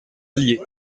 allier